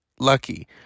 Lucky